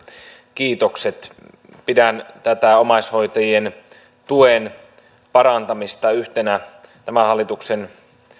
kiitokset pidän omaishoitajien tuen parantamista yhtenä tämän hallituksen